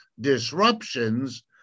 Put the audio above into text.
disruptions